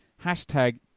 hashtag